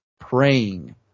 praying